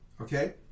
okay